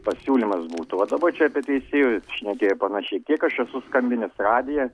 pasiūlymas būtų vat dabar čia apie teisėjus šnekėjo panašiai kiek aš esu skambinęs į radiją